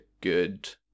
good